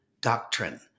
doctrine